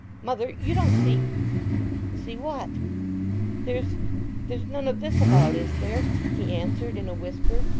mother you don't see' see what there's there's none of this about, is there he answered in a whisper,